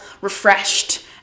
refreshed